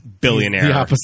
billionaire